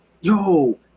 Yo